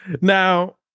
Now